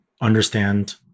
understand